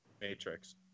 Matrix